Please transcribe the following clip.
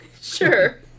sure